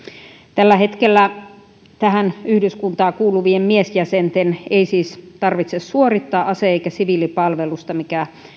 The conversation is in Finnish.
tällä hetkellä tähän yhdyskuntaan kuuluvien miesjäsenten ei siis tarvitse suorittaa ase eikä siviilipalvelusta mikä